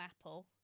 apple